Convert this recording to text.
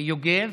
יוגב,